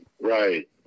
Right